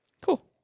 Cool